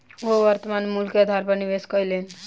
ओ वर्त्तमान मूल्य के आधार पर निवेश कयलैन